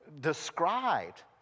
described